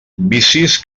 vicis